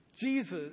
Jesus